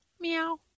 Meow